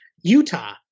Utah